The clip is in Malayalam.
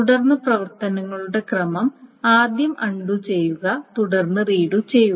തുടർന്ന് പ്രവർത്തനങ്ങളുടെ ക്രമം ആദ്യം അൺണ്ടു ചെയ്യുക തുടർന്ന് റീഡു ചെയ്യുക